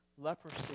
Leprosy